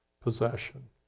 possession